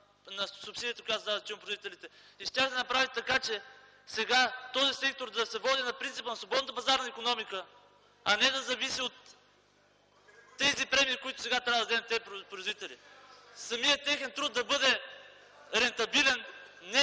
на субсидията, която давате на тютюнопроизводителите, и щяхте да направите така, че сега тоя сектор да се води на принципа на свободната пазарна икономика, а не да зависи от тези премии, които сега трябва да дадем на тези производители. Самият техен труд да бъде рентабилен